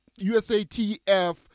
USATF